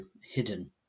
hidden